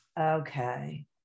Okay